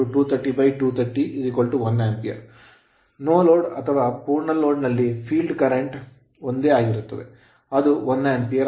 no load no load ಅಥವಾ ಪೂರ್ಣ load load ನಲ್ಲಿ field current ಫೀಲ್ಡ್ ಕರೆಂಟ್ ಒಂದೇ ಆಗಿರುತ್ತದೆ ಅದು 1 Ampere ಆಂಪಿಯರ್ ಆಗಿರುತ್ತದೆ